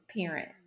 parent